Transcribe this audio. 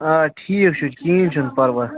آ ٹھیٖک چھُ کِہیٖنٛی چھُنہٕ پَرواے